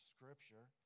Scripture